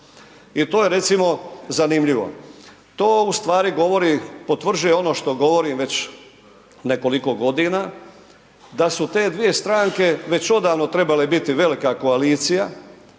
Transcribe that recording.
I to je recimo zanimljivo. To ustvari govori, potvrđuje ono što govorim već nekoliko godina, da su te dvije stranke već odavno trebale biti velika koalicija